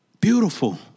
Beautiful